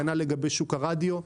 כנ"ל לגבי שוק הרדיו.